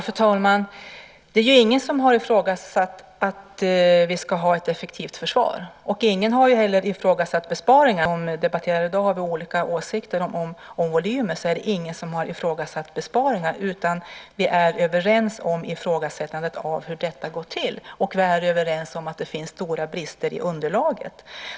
Fru talman! Det är ingen som har ifrågasatt uppfattningen att vi ska ha ett effektivt försvar. Ingen har heller ifrågasatt besparingarna, även om jag vet att vi som debatterar i dag har olika åsikter om volymerna. Ingen har ifrågasatt besparingarna, och vi är överens om ifrågasättandet av hur det går till. Vi är överens om att det finns stora brister i underlaget.